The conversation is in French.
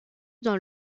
dans